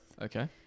Okay